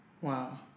Wow